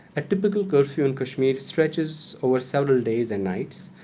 a typical curfew in kashmir stretches over several days and nights,